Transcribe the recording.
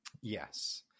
Yes